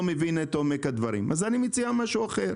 מבין את עומק הדברים ולכן אני מציע משהו אחר